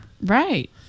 Right